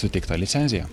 suteikta licencija